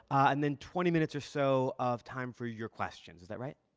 and then twenty minutes or so of time for your questions. is that right?